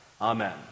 Amen